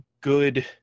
good